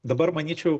dabar manyčiau